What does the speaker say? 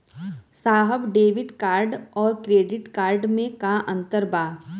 साहब debit card और credit card में का अंतर बा?